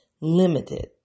limited